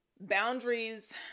Boundaries